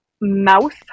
Mouth